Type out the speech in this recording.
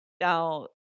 Now